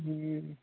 हम्म